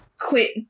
quit